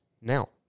Now